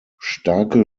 starke